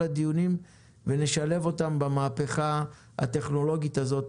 הדיונים ונשלב אותם במהפכה הטכנולוגית הזאת.